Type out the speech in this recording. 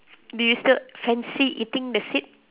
do you still fancy eating the seed